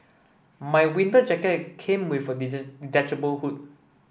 my winter jacket came with a detachable hood